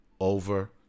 Over